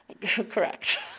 Correct